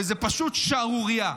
וזו פשוט שערורייה.